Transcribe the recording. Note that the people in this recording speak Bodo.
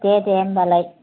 दे दे होनबालाय